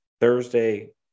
Thursday